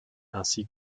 ainsi